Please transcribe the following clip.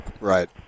Right